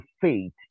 faith